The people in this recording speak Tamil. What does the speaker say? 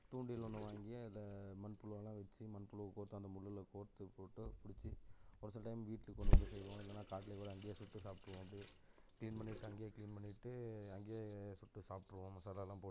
தூண்டில் ஒன்று வாங்கி அதில் மண் புழுவெல்லாம் வச்சு மண் புழுவை கோர்த்து அந்த முள்ளில் கோர்த்து போட்டு பிடிச்சி ஒரு சில டைம் வீட்டுக்கு கொண்டு வந்து செய்வோம் இல்லைன்னா காட்டிலேயே கூட அங்கேயே சுட்டு சாப்பிட்டுருவோம் அப்படியே கிளீன் பண்ணிட்டு அங்கேயே கிளீன் பண்ணிட்டு அங்கேயே சுட்டு சாப்பிட்டுருவோம் மசாலாலாம் போட்டு